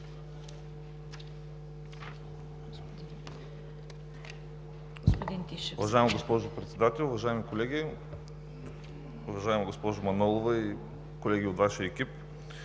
Уважаема госпожо Председател, уважаеми колеги, уважаема госпожо Манолова и колеги от Вашия екип!